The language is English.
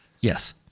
Yes